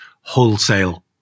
wholesale